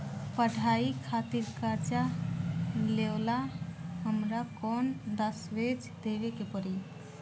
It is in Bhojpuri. पढ़ाई खातिर कर्जा लेवेला हमरा कौन दस्तावेज़ देवे के पड़ी?